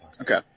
Okay